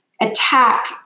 attack